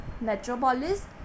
Metropolis